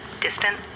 distant